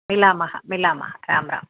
मिलामः मिलामः रां राम्